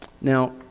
Now